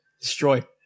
Destroy